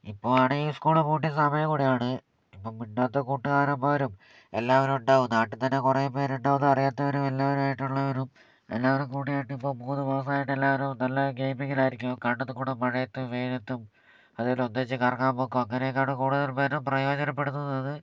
ഇപ്പോ ആണെങ്കിൽ സ്കൂള് പൂട്ടിയ സമയം കൂടിയാണ് ഇപ്പോൾ മുന്നത്തെ കൂട്ടുകാരന്മാരും എല്ലാവരും ഉണ്ടാവും നാട്ടിൽത്തന്നെ കുറെപേര് ഉണ്ടാവും അറിയാത്തവരും എല്ലാവരുമായിട്ടുള്ളവരും എല്ലാവരും കൂടിയിട്ട് ഇപ്പം മൂന്ന് മാസമായിട്ട് എല്ലാവരും നല്ല ഗെയിമിങ്ങിൽ ആയിരിക്കും കണ്ടത്തില്ക്കൂടി മഴയത്തും വെയിലത്തും അതേപോലെ ഒന്നിച്ച് കറങ്ങാന് പോക്കും അങ്ങനെയൊക്കെ ആണ് കൂടുതല് പേരും പ്രയോജനപ്പെടുത്തുന്നത്